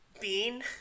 bean